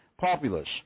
populous